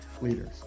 leaders